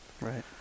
Right